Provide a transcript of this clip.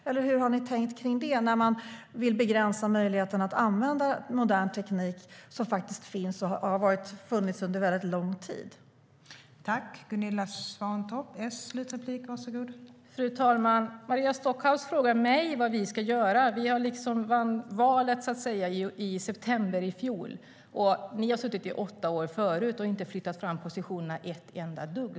Eller hur har ni tänkt när det gäller att begränsa möjligheten att använda modern teknik som finns och har funnits under lång tid?